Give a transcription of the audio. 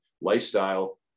lifestyle